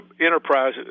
enterprise